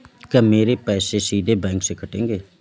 क्या मेरे पैसे सीधे बैंक से कटेंगे?